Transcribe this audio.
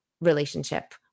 relationship